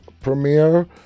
premiere